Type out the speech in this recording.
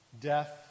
death